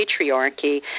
patriarchy